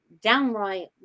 downright